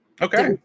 Okay